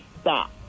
stop